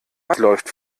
läuft